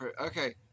Okay